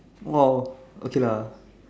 !wow! okay lah